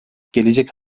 gelecek